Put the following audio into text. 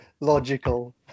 logical